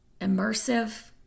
immersive